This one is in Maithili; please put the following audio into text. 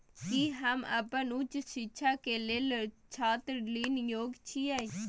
की हम अपन उच्च शिक्षा के लेल छात्र ऋण के योग्य छियै?